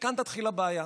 וכאן תתחיל הבעיה,